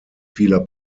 vieler